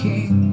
King